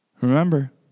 Remember